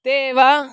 ते वा